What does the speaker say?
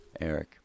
Eric